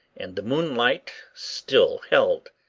and the moonlight still held.